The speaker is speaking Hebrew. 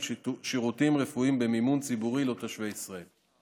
שירותים רפואיים במימון ציבורי לתושבי ישראל.